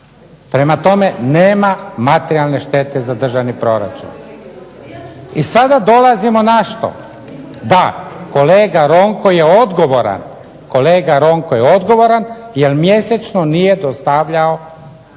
Prema tome, nema materijalne štete za državni proračun. I sada dolazimo na što? Da, kolega Ronko je odgovoran, jer mjesečno nije dostavljao.